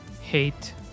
hate